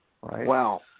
Wow